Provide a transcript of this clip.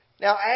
Now